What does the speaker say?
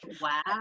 Wow